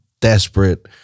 desperate